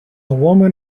woman